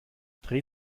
dreh